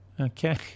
Okay